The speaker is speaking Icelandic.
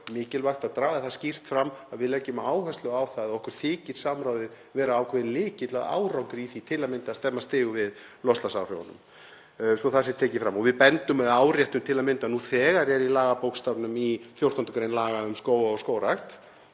mikilvægt að draga það skýrt fram að við leggjum áherslu á það að okkur þykir samráðið vera ákveðinn lykill að árangri í því til að mynda að stemma stigu við loftslagsáhrifum, svo að það sé tekið fram. Við áréttum það til að mynda að nú þegar eru í lagabókstafnum, í 14. gr. laga um skóga og skógrækt,